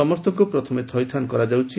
ସମସ୍ତଙ୍କୁ ପ୍ରଥମେ ଥଇଥାନ କରାଯାଉଛି